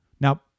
Now